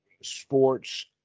sports